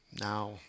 Now